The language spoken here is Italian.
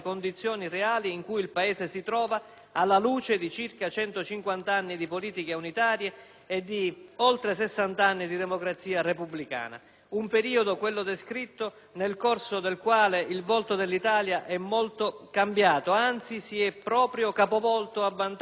alla luce di circa centocinquant'anni anni di politiche unitarie e di oltre sessant'anni di democrazia repubblicana, un periodo quello descritto, nel corso del quale il volto dell'Italia è molto cambiato, anzi si è proprio capovolto a vantaggio di alcuni ed a svantaggio di altri.